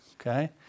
okay